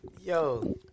Yo